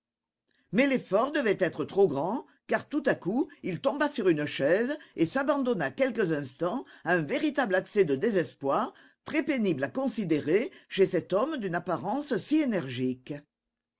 mais l'effort devait être trop grand car tout à coup il tomba sur une chaise et s'abandonna quelques instants à un véritable accès de désespoir très pénible à considérer chez cet homme d'une apparence si énergique